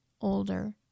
older